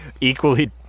Equally